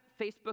Facebook